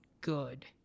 good